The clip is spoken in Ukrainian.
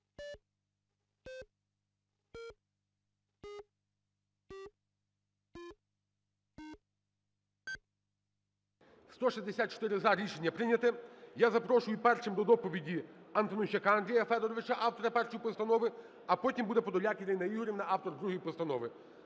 За-164 Рішення прийнято. Я запрошую першим до доповіді Антонищака Андрія Федоровича, автора першої постанови. А потім буде Подоляк Ірина Ігорівна, автор другої постанови.